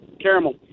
caramel